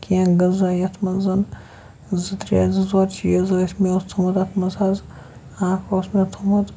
کینٛہہ غذا یَتھ منٛز زٕ ترٛےٚ زٕ ژور چیٖز ٲسۍ مےٚ اوس تھوٚمُت اَتھ منٛز حظ اَکھ اوس مےٚ تھوٚمُت